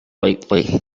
lately